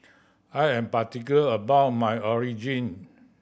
I am particular about my